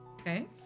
Okay